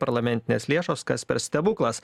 parlamentinės lėšos kas per stebuklas